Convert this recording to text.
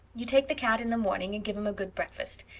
you take the cat in the morning and give him a good breakfast.